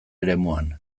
eremuan